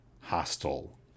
hostile